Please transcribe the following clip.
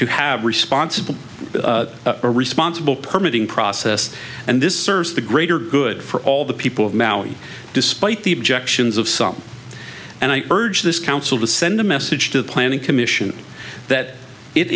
to have responsible a responsible permitting process and this serves the greater good for all the people of maui despite the objections of some and i urge this council to send a message to the planning commission that it